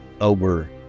over